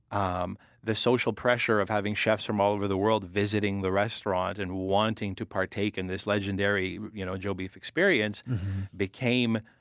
um the social pressure of having chefs from all over the world visiting the restaurant and wanting to partake in this legendary you know joe beef experience became